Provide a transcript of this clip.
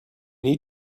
need